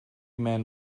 men